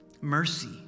Mercy